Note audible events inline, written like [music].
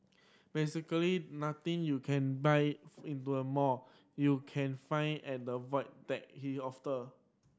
basically nothing you can buy into a mall you can find at the Void Deck he [unintelligible]